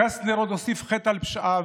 קסטנר עוד הוסיף חטא על פשעיו,